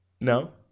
No